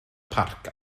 parc